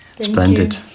Splendid